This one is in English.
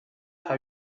how